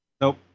Nope